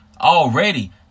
already